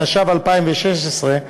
התשע״ו 2016,